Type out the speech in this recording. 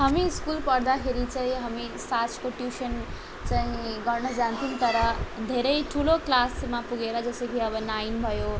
हामी स्कुल पढ्दाखेरि चाहिँ हामी साँझको ट्युसन चाहिँ गर्न जान्थ्यौँ तर धेरै ठुलो क्लासमा पुगेर जस्तो कि अब नाइन भयो